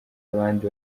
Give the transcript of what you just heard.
abandi